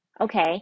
Okay